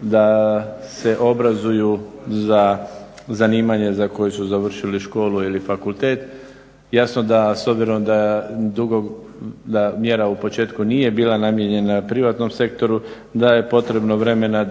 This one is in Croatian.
da se obrazuju za zanimanje za koje su završili školu ili fakultet. Jasno da s obzirom da mjera u početku nije bila namijenjena privatnom sektoru da je potrebno vremena